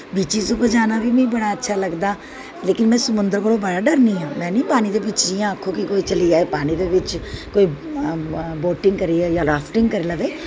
beaches उप्पर बी जाना मिगी बड़ा अच्छा लगदा लेकिन में समुन्दर कोला बड़ा डरनी आं में निं पानी बिच्च पुज्जनी आं आक्खो कि चली जाओ पानी दे बिच्च कोई बोटिंग जां रॉफटिंग करियै गै